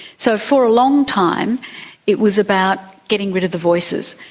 so for a long time it was about getting rid of the voices.